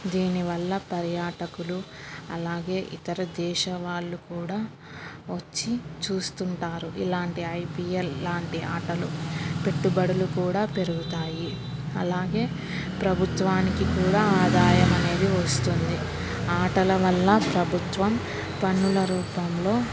దీనివల్ల పర్యాటకులు అలాగే ఇతర దేశం వాళ్ళు కూడా వచ్చి చూస్తుంటారు ఇలాంటి ఐపీఎల్ లాంటి ఆటలు పెట్టుబడులు కూడా పెరుగుతాయి అలాగే ప్రభుత్వానికి కూడా ఆదాయం అనేది వస్తుంది ఆటల వల్ల ప్రభుత్వం పన్నుల రూపంలో